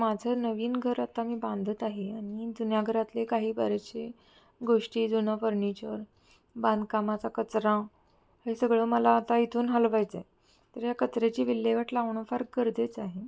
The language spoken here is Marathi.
माझं नवीन घर आता मी बांधत आहे आणि जुन्या घरातले काही बरेचसे गोष्टी जुनं फर्निचर बांधकामाचा कचरा हे सगळं मला आता इथून हलवायचं आहे तर या कचऱ्याची विल्हेवाट लावणं फार गरजेचं आहे